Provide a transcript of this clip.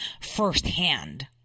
firsthand